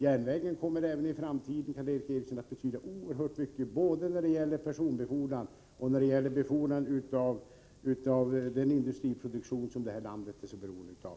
Järnvägen kommer även i framtiden, Karl Erik Eriksson, att betyda oerhört mycket när det gäller både personbefordran och befordran av industrins produkter, som det här landet är så beroende av.